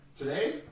Today